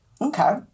okay